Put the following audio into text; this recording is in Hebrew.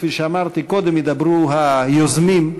כפי שאמרתי, קודם ידברו היוזמים.